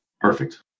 Perfect